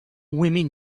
women